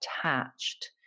attached